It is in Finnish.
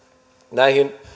näihin